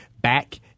back